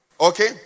okay